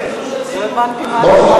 דעתי.